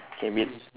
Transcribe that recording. okay bel~